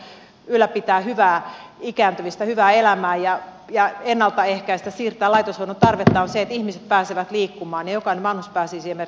ainoa keino ylläpitää hyvää ikääntymistä hyvää elämää ja ennalta ehkäistä ja siirtää laitoshoidon tarvetta on se että ihmiset pääsevät liikkumaan ja jokainen vanhus pääsee esimerkiksi ulos